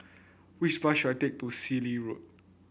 which bus should I take to Cecil Road